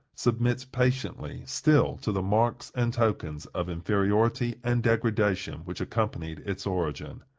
submits patiently still to the marks and tokens of inferiority and degradation which accompanied its origin.